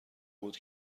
بود